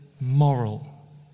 moral